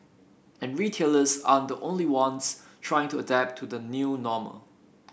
and retailers aren't the only ones trying to adapt to the new normal